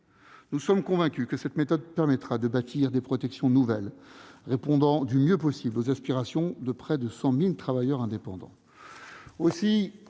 Nous sommes convaincus que cette méthode permettra de bâtir des protections nouvelles, répondant du mieux possible aux aspirations de près de 100 000 travailleurs indépendants.